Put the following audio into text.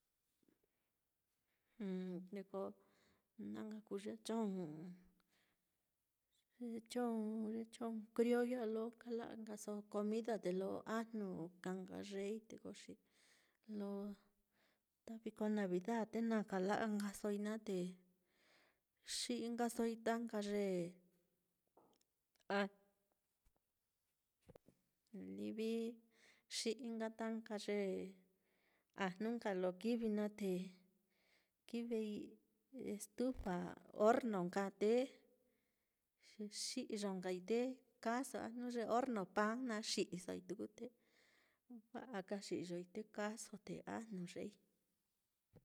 ne ko na nka kuu ye chong, ye chong ye chong criollo á, lo kala'a nkaso comida, te lo ajnu ka nka yeei, te ko xi lo ta viko navida á te na kala'a nkasoi naá, te xi'i nkasoi ta nka ye a livi xi'i nka ta nka ye ajnu nka lo kivi naá, te kivii estufa hornu nka á te xi'yo nkai te kaaso a jnu ye hornu paan naá xi'isoi tuku, te wa'a ka xi'yo te kaaso te ajnu yeei.